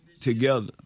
together